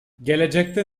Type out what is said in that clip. gelecekte